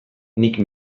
nik